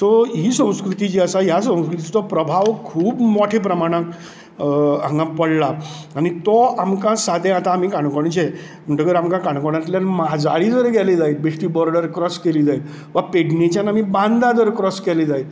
तो ही संस्कृती जी आसा ह्या संस्कृतीचो प्रभाव खूब मोठें प्रमाणांत हांगा पडला आनी तो आमकां सादे आतां आमी काणकोणचे म्हणटकर आता आमी काणकोणांतल्यान माजाळी जर गेले जायत बेश्टी बॉर्डर क्रॉस केली जायत वा पेडणेच्यान आमी बांदा जर क्रॉस केले जायत